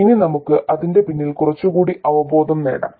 ഇനി നമുക്ക് അതിന്റെ പിന്നിൽ കുറച്ചുകൂടി അവബോധം നേടാം